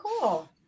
cool